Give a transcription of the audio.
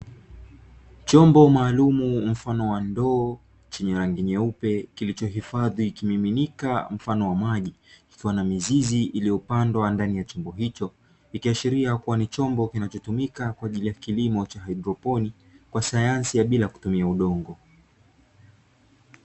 Chombo maalumu mfano wa ndoo chenye rangi nyeupe, kilichohifadhi kimiminika mfano wa maji kikiwa na mizizi iliyopandwa ndani ya chombo hicho, ikiashiria kuwa ni chombo kinachotumika kwa ajili ya kilimo cha haidroponi kwa sayansi ya bila kutumia udongo.